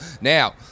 Now